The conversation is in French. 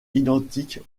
identique